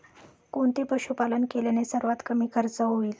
कोणते पशुपालन केल्याने सर्वात कमी खर्च होईल?